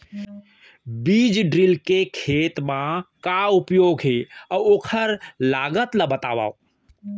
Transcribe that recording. बीज ड्रिल के खेत मा का उपयोग हे, अऊ ओखर लागत ला बतावव?